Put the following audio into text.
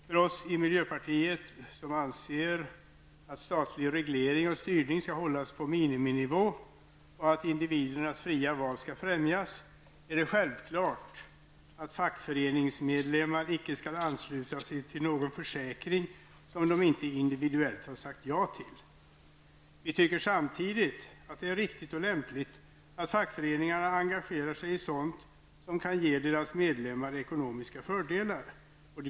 För oss i miljöpartiet, som anser att statlig reglering och styrning skall hållas på miniminivå och att individernas fria val skall främjas, är det självklart att fackföreningsmedlemmar icke skall anslutas till någon försäkring som de inte individuellt har sagt ja till. Vi tycker samtidigt att det är riktigt och lämpligt att fackföreningarna engagerar sig i sådant som kan ge deras medlemmar ekonomiska fördelar.